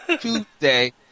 Tuesday